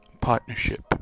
partnership